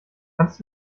kannst